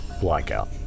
blackout